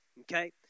Okay